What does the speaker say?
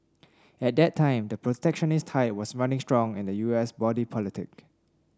at that time the protectionist tide was running strong in the U S body politic